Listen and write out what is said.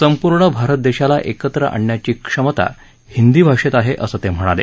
संपूर्ण भारत देशाला एकत्र आणण्याची क्षमता हिंदी भाषेत आहे असं ते म्हणाले